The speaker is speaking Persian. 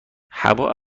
هوا